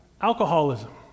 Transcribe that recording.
alcoholism